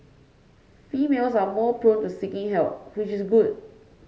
females are more prone to seeking help which is good